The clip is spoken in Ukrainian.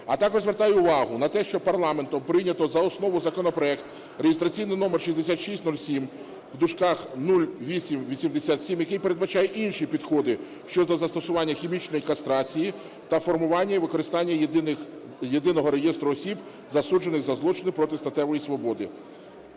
А також звертаю увагу на те, що парламентом прийнято за основу законопроект (реєстраційний номер 6607, в дужках 0887), який передбачає інші підходи щодо застосування хімічної кастрації та формування і використання єдиного реєстру осіб, засуджених за злочини проти статевої свободи.